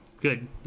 Good